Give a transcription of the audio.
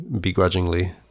begrudgingly